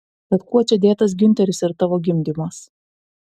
bet kuo čia dėtas giunteris ir tavo gimdymas